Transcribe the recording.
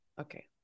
Okay